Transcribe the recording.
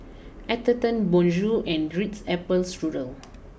Atherton Bonjour and Ritz Apple Strudel